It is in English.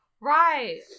Right